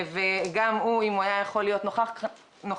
גם הוא, לו היה יכול להיות נוכח כאן,